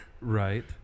Right